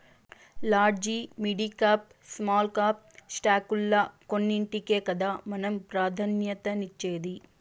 large, midcap, small cap స్టాకుల్ల కొన్నింటికే కదా మనం ప్రాధాన్యతనిచ్చేది